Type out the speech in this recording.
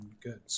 good